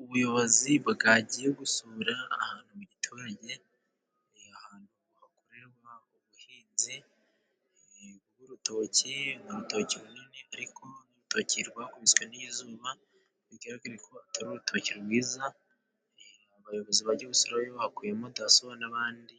Ubuyobozi bwagiye gusura ahantu mu giturage, ni ahantu hakorerwa ubuhinzi bw'urutoki, mu rutoki runini ariko ni urutoki rwakubiswe n'izuba, bigaragare ko atari urutoki rwiza, abayobozi bajya gusurayo bakuyemo daso n'abandi